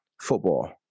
football